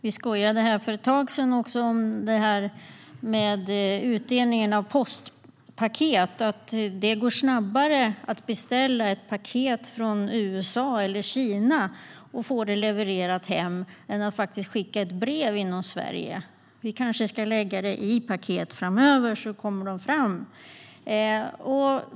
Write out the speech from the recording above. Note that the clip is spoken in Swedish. Vi skojade här för ett tag sedan om utdelningen av postpaket. Det går snabbare att beställa ett paket från USA eller Kina och få det levererat hem än att skicka ett brev inom Sverige. Vi kanske ska lägga breven i paket framöver, så kommer de fram.